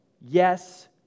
Yes